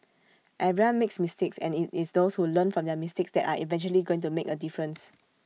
everyone makes mistakes and IT is those who learn from their mistakes that are eventually going to make A difference